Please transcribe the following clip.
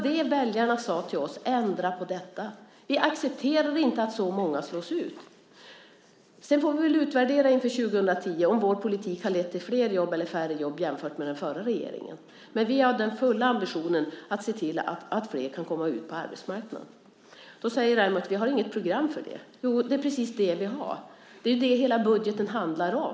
Det väljarna sade till oss var: Ändra på detta! Vi accepterar inte att så många slås ut. Sedan får vi väl utvärdera inför 2010 om vår politik har lett till flera jobb eller färre jobb jämfört med den förra regeringen, men vi har den fulla ambitionen att se till att flera kan komma ut på arbetsmarknaden. Då säger Raimo att vi inte har något program för det. Jo, det är precis det vi har. Det är ju det hela budgeten handlar om.